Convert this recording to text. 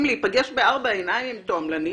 להיפגש בארבע עיניים עם תועמלניות.